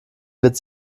wird